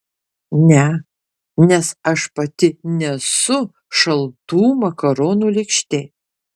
ne nes aš pati nesu šaltų makaronų lėkštė